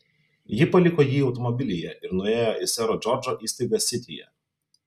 ji paliko jį automobilyje ir nuėjo į sero džordžo įstaigą sityje